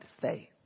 faith